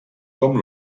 com